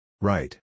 Right